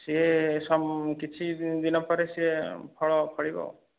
ସେ କିଛି ଦିନ ପରେ ସେ ଫଳ ଫଳିବ